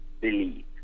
believe